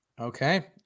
Okay